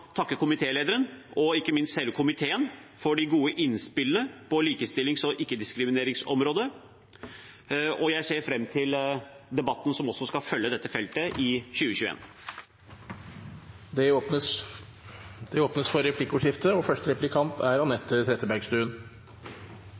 takke komitélederen og ikke minst hele komiteen for de gode innspillene på likestillings- og ikkediskrimineringsområdet. Jeg ser fram til debatten som også skal følge dette feltet i 2021. Det blir replikkordskifte. Statsråden sa helt til slutt i sitt innlegg at det å satse på likestilling er